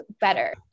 better